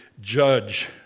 judge